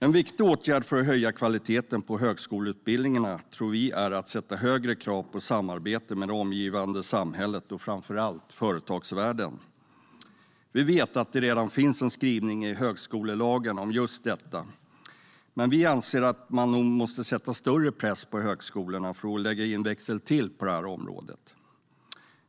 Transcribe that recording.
En viktig åtgärd för att höja kvaliteten på högskoleutbildningarna tror vi är att sätta högre krav på samarbete med det omgivande samhället och framför allt företagsvärlden. Vi vet att det redan finns en skrivning i högskolelagen om just detta, men vi anser att man nog måste sätta större press på högskolorna för att lägga i en växel till på detta område.